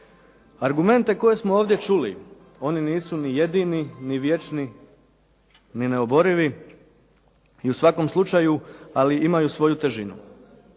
Argumente koje smo ovdje čuli, oni nisu ni jedini, ni vječni, ni neoborivi i u svakom slučaju, ali imaju svoju težinu,